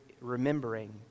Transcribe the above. remembering